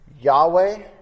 Yahweh